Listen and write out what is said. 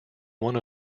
one